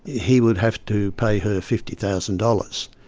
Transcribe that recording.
he would have to pay her fifty thousand dollars,